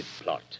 plot